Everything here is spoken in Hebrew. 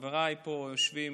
חבריי שיושבים